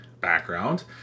background